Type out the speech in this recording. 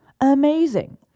amazing